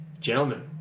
Gentlemen